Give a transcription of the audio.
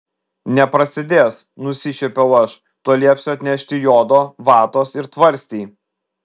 neprasidės nusišiepiau aš tuoj liepsiu atnešti jodo vatos ir tvarstį